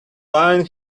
wine